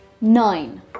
Nine